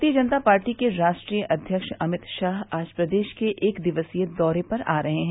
भारतीय जनता पार्टी के राष्ट्रीय अध्यक्ष अमित शाह आज प्रदेश के एक दिवसीय दौरे पर आ रहे हैं